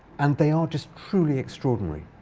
and they are just truly extraordinary.